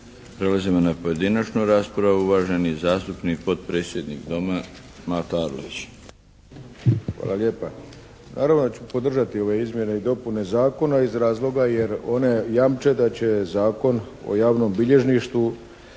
Prelazimo na pojedinačnu raspravu. Uvaženi zastupnik, potpredsjednik Doma, Mato Arlović. **Arlović, Mato (SDP)** Hvala lijepa. Naravno da ću podržati ove izmjene i dopune Zakona iz razloga jer one jamče da će Zakon o javnom bilježništvu